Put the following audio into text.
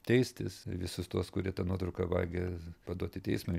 teistis visus tuos kurie tą nuotrauką vagia paduot į teismą